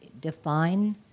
define